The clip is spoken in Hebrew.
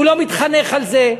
הוא לא מתחנך על זה.